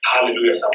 hallelujah